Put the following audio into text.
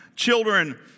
Children